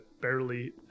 barely